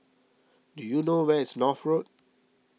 do you know where is North Road